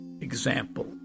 example